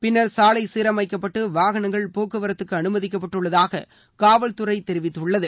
பின்னர் சாலை சீரமைக்கப்பட்டு வாகனங்கள் போக்குவரத்துக்கு அனுமதிக்கப்பட்டுள்ளதாக காவல்துறை தெரிவித்துள்ளது